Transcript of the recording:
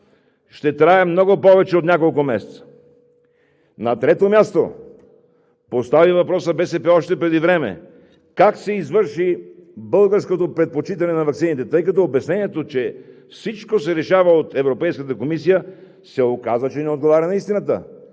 ще трае много повече от няколко месеца. На трето място, БСП постави въпроса още преди време: как се извърши българското предпочитане на ваксините? Тъй като обяснението, че всичко се решава от Европейската комисия се оказа, че не отговаря на истината.